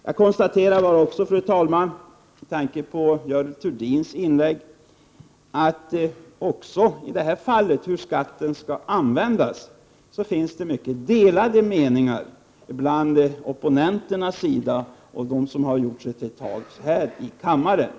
Jag konstaterar också, med tanke på Görel Thurdins inlägg, att det bland opponenterna och dem som kommit till tals här i kammaren finns mycket delade meningar om hur skatten skall användas.